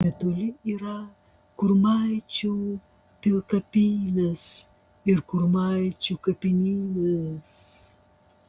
netoli yra kurmaičių pilkapynas ir kurmaičių kapinynas